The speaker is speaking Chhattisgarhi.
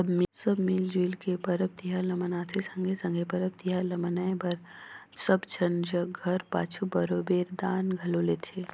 सब मिल जुइल के परब तिहार ल मनाथें संघे संघे परब तिहार ल मनाए बर सब झन जग घर पाछू बरोबेर दान घलो लेथें